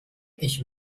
ich